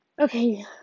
Okay